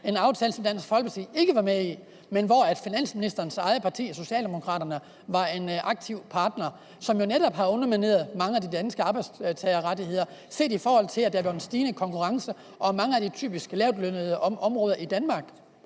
en aftale, som Dansk Folkeparti ikke var med i, men finansministerens eget parti, Socialdemokraterne, var en aktiv partner. Den har netop undermineret mange af de danske arbejdstagerettigheder, set i forhold til at der er kommet en stigende konkurrence på mange af de typisk lavtlønnede områder i Danmark.